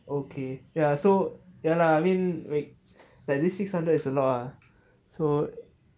okay ya so ya lah I mean wait this six hundred is a lot lah so